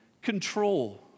control